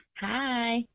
Hi